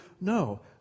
no